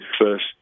first